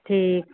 ठीक